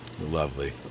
Lovely